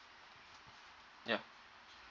ya